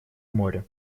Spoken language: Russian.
море